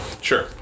sure